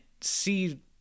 see